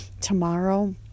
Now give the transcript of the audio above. tomorrow